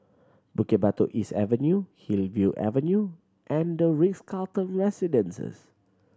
Bukit Batok East Avenue Hillview Avenue and The Ritz Carlton Residences